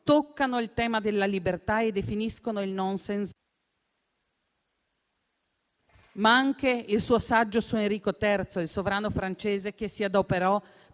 toccano il tema della libertà e definiscono il *nonsense*. Ricordo però anche il suo saggio su Enrico III, il sovrano francese che si adoperò